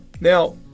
Now